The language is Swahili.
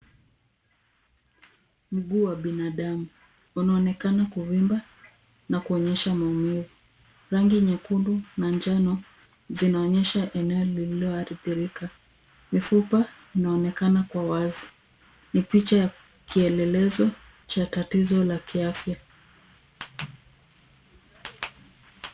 Mguu wa binadamu, unaonekana kuvimba na kuonyesha maumivu. Rangi nyekundu na njano zinaonyesha eneo lililoathirika. Mifupa inaonekana kwa wazi. Ni picha la kielelezo cha tatizo ya kiafya.